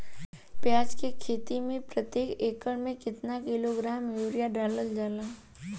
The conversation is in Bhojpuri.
प्याज के खेती में प्रतेक एकड़ में केतना किलोग्राम यूरिया डालल जाला?